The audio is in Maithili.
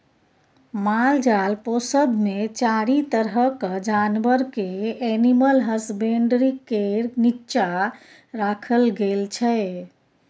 मालजाल पोसब मे चारि तरहक जानबर केँ एनिमल हसबेंडरी केर नीच्चाँ राखल गेल छै